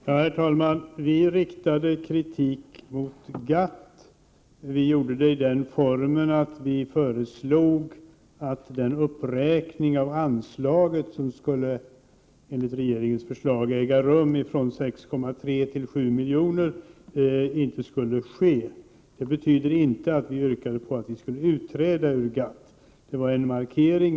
Herr talman! Vi riktade kritik mot GATT. Vi gjorde det i den formen att vi motsatte oss den uppräkning av anslaget från 6,3 till 7 miljoner som regeringen hade föreslagit. Det betyder inte att vi yrkade på att Sverige skulle utträda ur GATT, utan det var en markering.